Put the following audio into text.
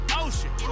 ocean